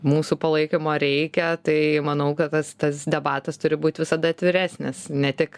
mūsų palaikymo reikia tai manau kad tas tas debatas turi būt visada atviresnis ne tik